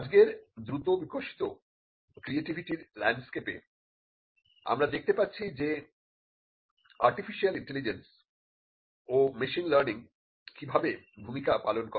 আজকের দ্রুত বিকশিত ক্রিয়েটিভিটির ল্যান্ডস্কেপে আমরা দেখতে পাচ্ছি যে আর্টিফিশিয়াল ইন্টেলিজেন্স ও মেশিন লার্নিং কিভাবে ভূমিকা পালন করে